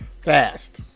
fast